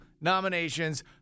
nominations